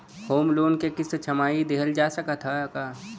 Home loan क किस्त छमाही देहल जा सकत ह का?